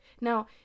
Now